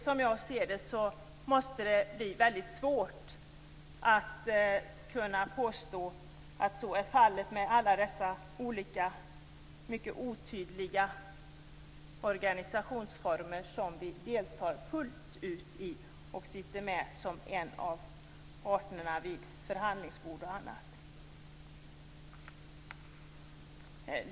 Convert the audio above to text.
Som jag ser det måste det bli väldigt svårt att kunna påstå att så är fallet med alla dessa mycket otydliga organisationsformer som vi deltar fullt ut i och där vi sitter med som en av parterna vid förhandlingsbord och annat.